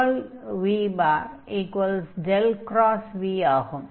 curl v ∇v ஆகும்